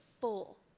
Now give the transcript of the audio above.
full